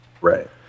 Right